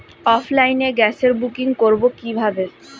অফলাইনে গ্যাসের বুকিং করব কিভাবে?